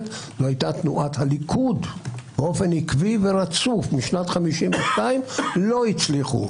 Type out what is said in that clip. הייתה תנועת הליכוד באופן עקבי ורצוף משנת 1952. לא הצליחו,